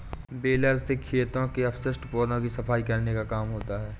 baler से खेतों के अवशिष्ट पौधों की सफाई करने का काम होता है